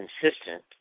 consistent